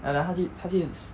and then 他去他去